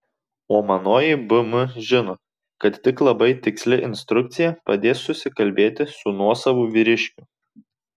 o manoji bm žino kad tik labai tiksli instrukcija padės susikalbėti su nuosavu vyriškiu